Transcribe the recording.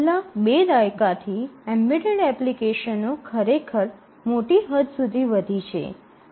છેલ્લા બે દાયકાથી એમ્બેડેડ એપ્લિકેશનો ખરેખર મોટી હદ સુધી વધી છે